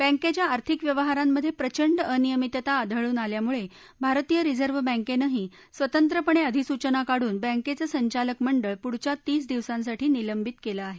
बँकेच्या आर्थिक व्यवहारांमध्ये प्रचंड अनियमितता आढळून आल्यामुळे भारतीय रिझर्व्ह बँकेनही स्वतंत्रपणे अधिसूचना काढून बँकेचं संचालक मंडळ पुढच्या तीस दिवसांसाठी निलंबित केलं आहे